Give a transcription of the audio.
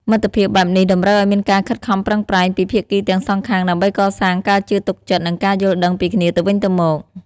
មិត្តភាពបែបនេះតម្រូវឲ្យមានការខិតខំប្រឹងប្រែងពីភាគីទាំងសងខាងដើម្បីកសាងការជឿទុកចិត្តនិងការយល់ដឹងពីគ្នាទៅវិញទៅមក។